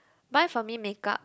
buy for me makeup